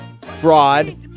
fraud